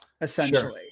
essentially